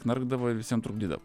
knarkdavo i visiem trukdydavo